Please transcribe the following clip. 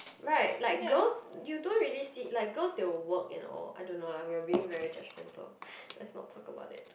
right like girls you don't really see like girls they will work and all I don't know lah we are being really judgemental let's not talk about it